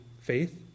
faith